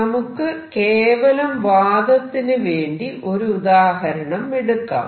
നമുക്ക് കേവലം വാദത്തിനു വേണ്ടി ഒരു ഉദാഹരണം എടുക്കാം